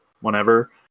whenever